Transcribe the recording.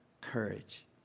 courage